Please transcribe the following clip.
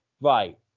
right